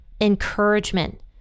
encouragement